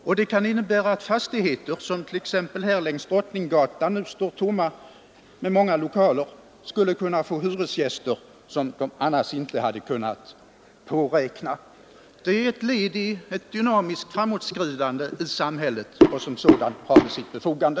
Det kan också innebära att fastigheter — t.ex. här längs Drottninggatan — där många lokaler nu står tomma skulle få hyresgäster som de annars inte hade kunnat påräkna. Detta är ett led i ett dynamiskt framåtskridande i samhället och som sådant har det sitt berättigande.